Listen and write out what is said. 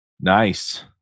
Nice